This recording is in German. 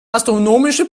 astronomische